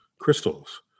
crystals